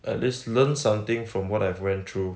at least learn something from what I've went through